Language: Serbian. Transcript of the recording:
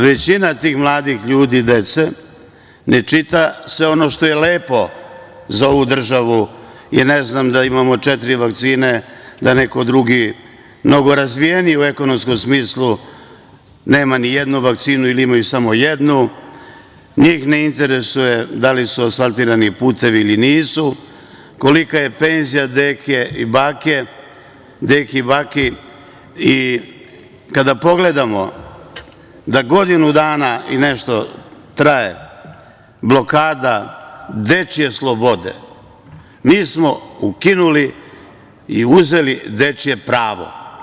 Većina tih mladih ljudi, dece, ne čita sve ono što je lepo za ovu državu, i da imamo četiri vakcine, da neko drugi mnogo razvijeniji u ekonomskom smislu nema ni jednu vakcinu ili imaju samo jednu, njih ne interesuje da li su asfaltirani putevi ili nisu, kolika je penzija deke i bake, i kada pogledamo da godinu dana i nešto traje blokada dečije slobode mi smo ukinuli i uzeli dečije pravo.